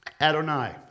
Adonai